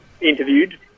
interviewed